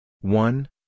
One